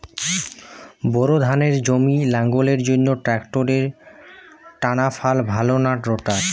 Bore ধানের জমি লাঙ্গলের জন্য ট্রাকটারের টানাফাল ভালো না রোটার?